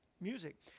music